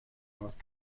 north